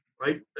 right